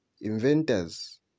inventors